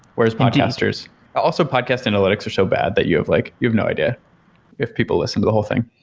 whereas podcasters also podcast analytics are so bad that you have like you have no idea if people listen to the whole thing.